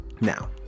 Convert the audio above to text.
Now